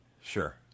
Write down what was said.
Sure